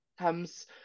comes